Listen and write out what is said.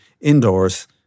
indoors